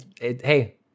hey